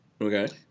okay